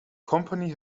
company